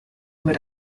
what